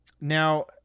now